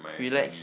relax